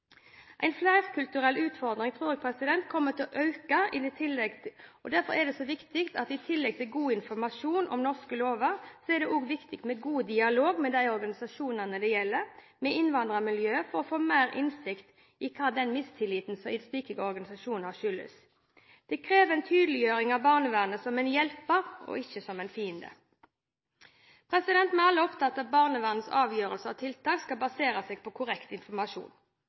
tror jeg kommer til å øke. Derfor er det i tillegg til god informasjon om norske lover også viktig med god dialog med de organisasjonene det gjelder, med innvandrermiljøet, for å få mer innsikt i hva mistilliten fra slike organisasjoner skyldes. Det krever en tydeliggjøring av barnevernet som en hjelper og ikke som en fiende. Vi er alle opptatt av at barnevernets avgjørelser og tiltak skal basere seg på korrekt informasjon.